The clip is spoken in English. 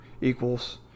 equals